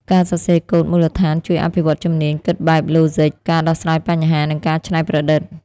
ការសរសេរកូដមូលដ្ឋានជួយអភិវឌ្ឍជំនាញគិតបែបឡូហ្ស៊ិក ការដោះស្រាយបញ្ហា និងការច្នៃប្រឌិត។